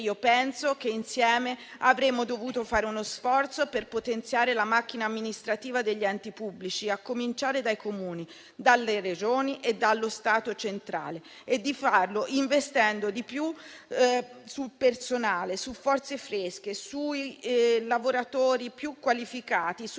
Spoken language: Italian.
penso che insieme avremmo dovuto fare uno sforzo per potenziare la macchina amministrativa degli enti pubblici, a cominciare dai Comuni, dalle Regioni e dallo Stato centrale, investendo di più sul personale, su forze fresche, sui lavoratori più qualificati,